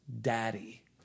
Daddy